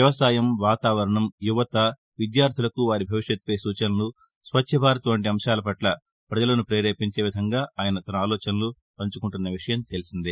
వ్యవసాయం వాతావరణం యువత విద్యార్థులకు వారి భవిష్యత్ పై సూచనలు స్వళ్చ భారత్ వంటి అంశాలపట్ల ప్రజలను పేరేపించే విధంగా ఆయన తన ఆలోచనలు పంచుకుంటున్న విషయం తెలిసిందే